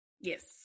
Yes